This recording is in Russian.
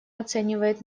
оценивает